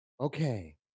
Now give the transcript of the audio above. Okay